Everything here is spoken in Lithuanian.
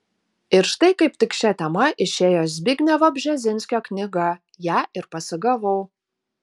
ir štai kaip tik šia tema išėjo zbignevo bžezinskio knyga ją ir pasigavau